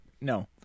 No